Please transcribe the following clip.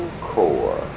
CORE